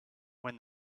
when